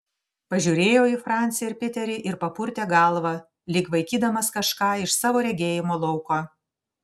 pažiūrėjo į francį ir piterį ir papurtė galvą lyg vaikydamas kažką iš savo regėjimo lauko